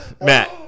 Matt